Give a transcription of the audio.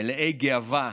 מלאי גאווה,